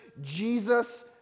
Jesus